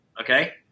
okay